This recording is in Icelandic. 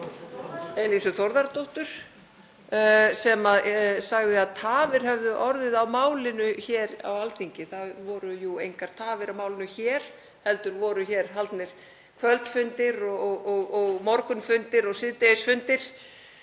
Elísu Þórðardóttur sem sagði að tafir hefðu orðið á málinu hér á Alþingi. Hér voru engar tafir á málinu heldur voru haldnir kvöldfundir, morgunfundir og síðdegisfundir